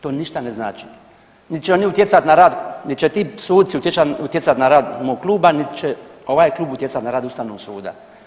To ništa ne znači niti će oni utjecati na rad niti će ti suci utjecati na rad mog kluba, nit će ovaj klub utjecati na rad Ustavnog suda.